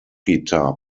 guitar